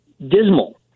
dismal